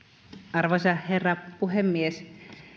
arvoisa herra puhemies